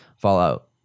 fallout